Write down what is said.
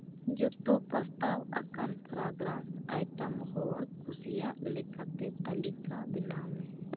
ᱡᱚᱛᱚ ᱯᱨᱚᱥᱛᱟᱵ ᱟᱠᱟᱱ ᱯᱷᱨᱟᱜᱨᱟᱱᱥᱮᱥ ᱟᱭᱴᱮᱢᱥ ᱦᱚᱲ ᱠᱩᱥᱤᱭᱟᱜ ᱞᱮᱠᱟᱛᱮ ᱛᱟᱹᱞᱤᱠᱟ ᱵᱮᱱᱟᱣ ᱢᱮ